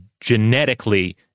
genetically